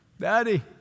Daddy